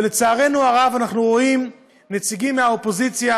ולצערנו הרב אנחנו רואים נציגים מהאופוזיציה